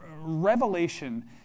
revelation